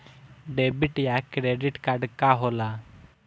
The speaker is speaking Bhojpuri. डेबिट या क्रेडिट कार्ड का होला?